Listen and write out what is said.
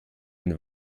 und